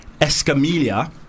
Escamilla